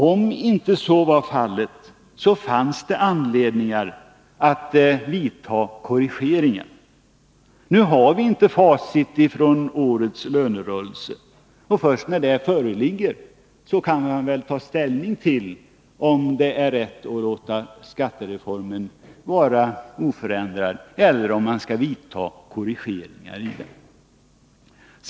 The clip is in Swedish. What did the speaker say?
Om så skulle bli fallet, skulle det vara anledning till vidtagande av korrigeringar. Nu har vi inte facit för årets lönerörelse. Först när det föreligger kan man ta ställning till om det är rätt att låta skattereformen vara oförändrad eller om man skall vidta korrigeringar i den.